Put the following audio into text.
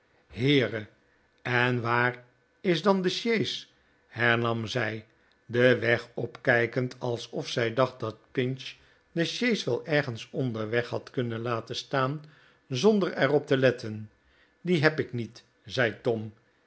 heere en waar is dan de sjees hernam zij den weg opkijkend alsof zij dacht dat pinch de sjees wel ergens onderweg had kunnen laten staan zonder er op te letten die heb ik niet zei tom